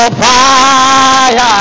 fire